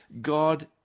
God